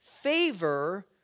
favor